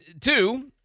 Two